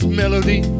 melody